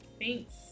Thanks